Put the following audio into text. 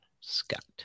Scott